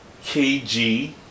KG